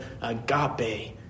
agape